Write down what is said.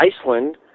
Iceland